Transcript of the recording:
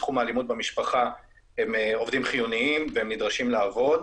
בתחום אלימות במשפחה הם עובדים חיוניים והם נדרשים לעבוד.